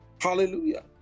Hallelujah